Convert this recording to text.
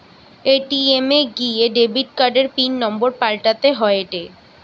ATM এ গিয়া debit কার্ডের পিন নম্বর পাল্টাতে হয়েটে